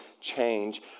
change